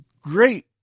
great